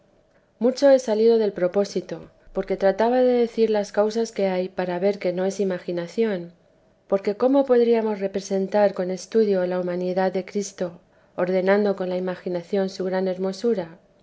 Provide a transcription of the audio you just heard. mucho he salido del propósito porque trataba de decir las causas que hay para ver que no es imaginación porque cómo podríamos representar con estudio la humanidad de cristo ordenando con la imaginación su gran hermosura